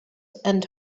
and